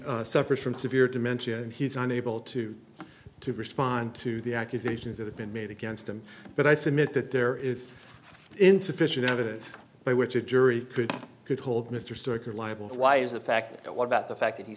he suffers from severe dementia and he's unable to respond to the accusations that have been made against him but i submit that there is insufficient evidence by which a jury could could hold mr stork are liable why is the fact that what about the fact that he